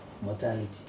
mortality